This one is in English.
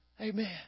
Amen